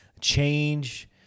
change